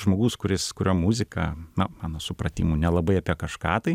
žmogus kuris kurio muzika na mano supratimu nelabai apie kažką tai